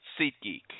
SeatGeek